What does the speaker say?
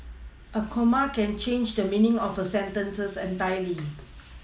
a comma can change the meaning of a sentence entirely